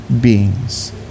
beings